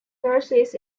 nurses